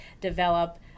develop